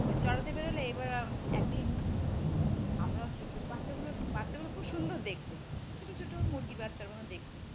এবার চড়াতে বেরোলে এবার একদিন আমরাও ঠিক করছি বাচ্চাগুলোর বাচ্চাগুলো খুব সুন্দর দেখতে ছোটো ছোটো মুরগির বাচ্চার মধ্যো দেখতে